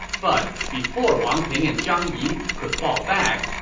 but before wang ping and zhang yi could fall back,